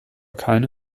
keine